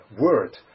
word